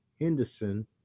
Henderson